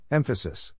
Emphasis